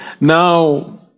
Now